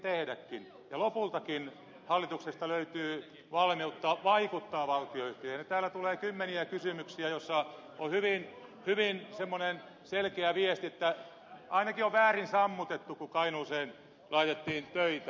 kun lopultakin hallituksesta löytyy valmiutta vaikuttaa valtionyhtiöihin niin täällä tulee kymmeniä kysymyksiä joissa on semmoinen hyvin selkeä viesti että ainakin on väärin sammutettu kun kainuuseen laitettiin töitä